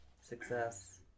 success